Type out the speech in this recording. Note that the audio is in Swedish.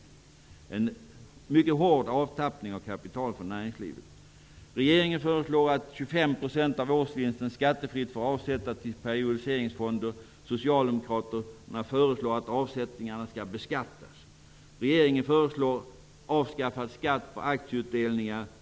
Det är en mycket hård avtappning av kapital från näringslivet. Socialdemokraterna föreslår att avsättningarna skall beskattas. Regeringen föreslår avskaffad skatt på aktieutdelningar.